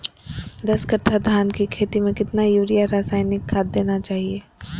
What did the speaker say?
दस कट्टा धान की खेती में कितना यूरिया रासायनिक खाद देना चाहिए?